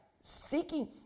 Seeking